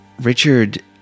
Richard